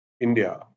India